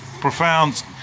profound